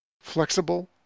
flexible